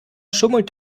schummelt